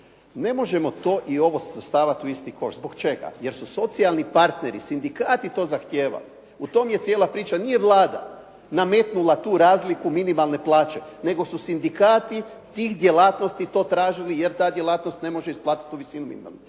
ne možemo to i ovo svrstavati u isti koš. Zbog čega? Jer su socijalni partneri, sindikati to zahtijevali. U tom je cijela priča. Nije Vlada nametnula tu razliku minimalne plaće, nego su sindikati tih djelatnosti to tražili jer ta djelatnost ne može isplatiti tu visinu minimalne